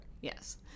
Yes